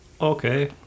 Okay